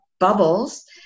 bubbles